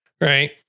Right